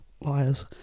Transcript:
Liars